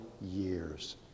years